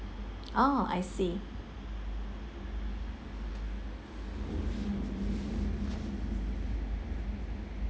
oh I see